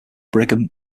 brigham